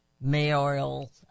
mayoral